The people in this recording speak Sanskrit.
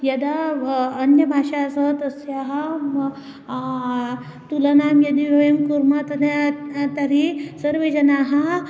यदा अन्यभाषा स तस्याः म तुलनां यदि वयं कुर्मः तदा तर्हि सर्वे जनाः